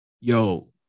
Yo